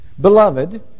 Beloved